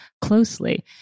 closely